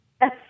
Yes